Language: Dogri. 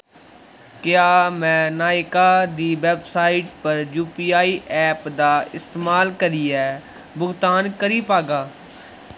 क्या में नायका दी वैबसाइट पर यूपीआई ऐप दा इस्तेमाल करियै भुगतान करी पागा